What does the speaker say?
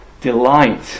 delight